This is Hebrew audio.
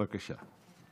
בבקשה.